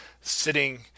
sitting –